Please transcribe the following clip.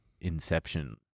inception